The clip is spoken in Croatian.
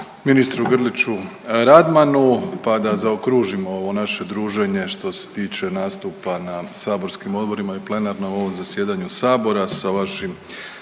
ministru Grliću Radmanu, pa da zaokružimo ovo naše druženje što se tiče nastupa na saborskim odborima i plenarnom ovom zasjedanju saboru sa vašim